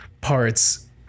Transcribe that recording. parts